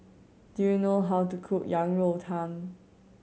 do you know how to cook Yang Rou Tang